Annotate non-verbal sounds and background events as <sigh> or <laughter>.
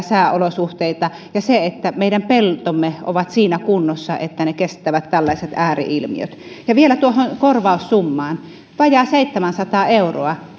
<unintelligible> sääolosuhteita ja se että meidän peltomme ovat siinä kunnossa että ne kestävät tällaiset ääri ilmiöt vielä tuohon korvaussummaan vajaa seitsemänsataa euroa <unintelligible>